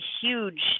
huge